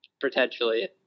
potentially